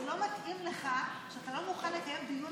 זה לא מתאים לך שאתה לא מוכן לקיים דיון